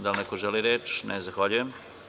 Da li neko želi reč? (Ne) Zahvaljujem.